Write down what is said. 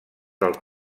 del